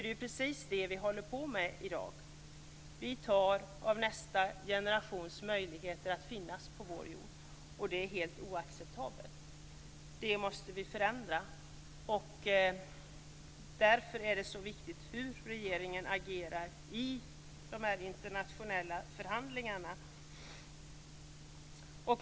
Det är precis det vi håller på med i dag: vi tar av nästa generations möjligheter att finnas på vår jord. Det är helt oacceptabelt. Det måste vi förändra. Därför är det så viktigt hur regeringen agerar i de internationella förhandlingarna.